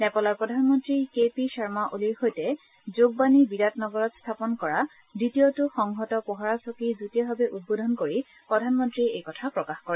নেপালৰ প্ৰধানমন্ত্ৰী কেপি শৰ্মা অলিৰ সৈতে যোগবাণী বিৰাট নগৰত স্থাপন কৰা দ্বিতীয়টো সংহত পহৰা চকী যুটীয়াভাৱে উদ্বোধন কৰি প্ৰধানমন্ত্ৰীয়ে এই কথা প্ৰকাশ কৰে